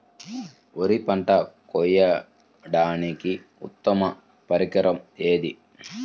వరి పంట కోయడానికి ఉత్తమ పరికరం ఏది?